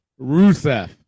Rusev